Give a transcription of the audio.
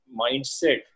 mindset